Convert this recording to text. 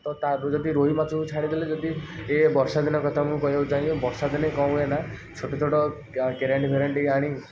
ତ ତା'ଠୁ ଯଦି ରୋହି ମାଛକୁ ଛାଡ଼ିଦେଲେ ଯଦି ଏ ବର୍ଷାଦିନ କଥା ମୁଁ କହିବାକୁ ଚାହିଁବି ବର୍ଷା ଦିନେ କ'ଣ ହୁଏ ନା ଛୋଟ ଛୋଟ କା କେରାଣ୍ଡି ଫେରାଣ୍ଡି ଆଣି